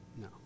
No